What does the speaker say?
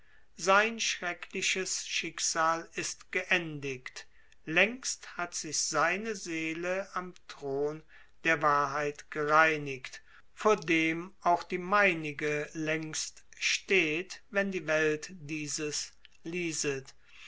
sein schreckliches schicksal ist geendigt längst hat sich seine seele am thron der wahrheit gereinigt vor dem auch die meinige längst steht wenn die welt dieses lieset